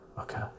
okay